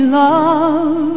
love